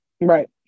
Right